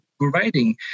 providing